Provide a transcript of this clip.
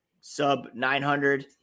sub-900